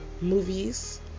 Movies